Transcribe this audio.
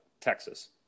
Texas